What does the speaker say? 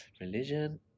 Religion